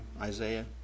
Isaiah